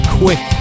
quick